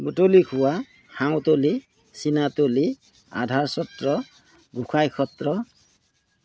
মুতলি খোৱা হাঁওতলি চিনাতলি আধাৰ সত্ৰ গোঁসাই সত্ৰ